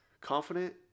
confident